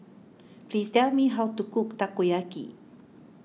please tell me how to cook Takoyaki